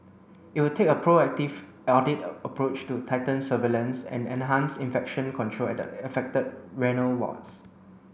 it will take a proactive audit approach to tighten surveillance and enhance infection control at at the affected renal wards